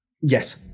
Yes